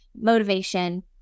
motivation